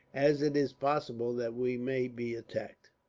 as it is possible that we may be attacked.